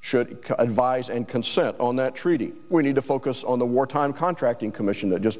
should advise and consent on that treaty we need to focus on the wartime contracting commission that just